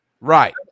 right